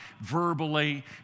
verbally